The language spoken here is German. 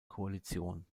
koalition